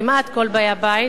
כמעט כל באי הבית,